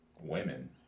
women